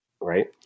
right